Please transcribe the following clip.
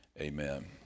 Amen